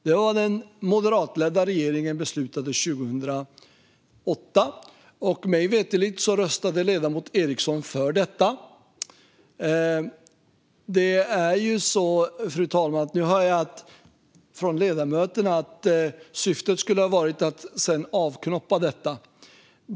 Det var vad den moderatledda regeringen beslutade 2008, och mig veterligt röstade ledamoten Ericson för detta. Nu hör jag från ledamöterna att syftet skulle ha varit att sedan avknoppa bolaget.